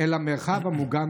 / אל המרחב המוגן,